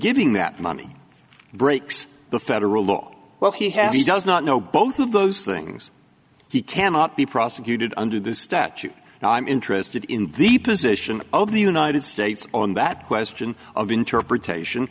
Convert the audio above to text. giving that money breaks the federal law well he has he does not know both of those things he cannot be prosecuted under this statute and i'm interested in the position of the united states on that question of interpretation